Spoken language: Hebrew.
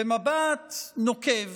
ומבט נוקב